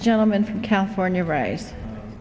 the gentleman from california right